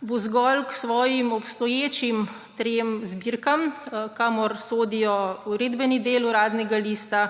bo zgolj k svojim trem obstoječim zbirkam, kamor sodijo Uredbeni del Uradnega lista,